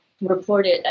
reported